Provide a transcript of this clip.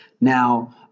Now